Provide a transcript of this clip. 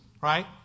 right